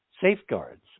safeguards